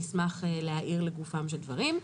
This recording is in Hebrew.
נשמח להעיר לגופם של דברים.